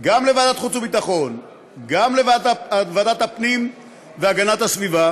לוועדת החוץ והביטחון ולוועדת הפנים והגנת הסביבה